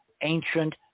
ancient